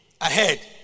ahead